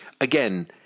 again